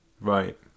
Right